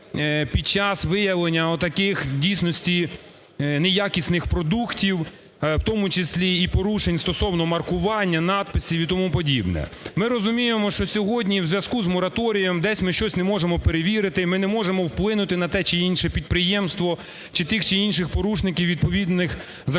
під час виявлення отаких в дійсності неякісних продуктів, в тому числі і порушень стосовно маркування, надписів і тому подібне. Ми розуміємо, що сьогодні у зв'язку з мораторієм десь ми щось не можемо перевірити, і ми не можемо вплинути на те чи інше підприємство чи тих чи інших порушників відповідних законодавчих